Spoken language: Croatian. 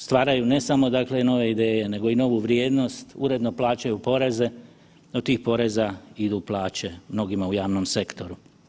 Stvaraju ne samo, dakle nove ideje nego i novu vrijednost, uredno plaćaju poreze, no od tih poreza idu plaće mnogima u javnom sektoru.